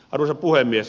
arvoisa puhemies